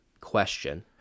question